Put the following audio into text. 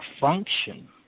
function